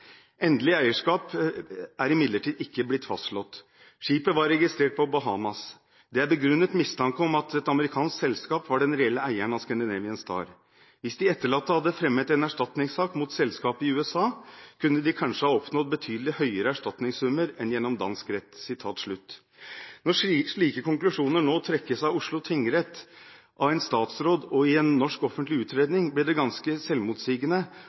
er begrunnet mistanke om at et amerikansk selskap var den reelle eieren av Scandinavian Star. Hvis de etterlatte hadde fremmet en erstatningssak mot selskapet i USA, kunne de kanskje ha oppnådd betydelig høyere erstatningssummer enn gjennom dansk rett.» Når slike konklusjoner nå trekkes av Oslo tingrett, av en statsråd og i en norsk offentlig utredning, blir det ganske selvmotsigende